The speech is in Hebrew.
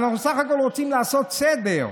אנחנו בסך הכול רוצים לעשות סדר.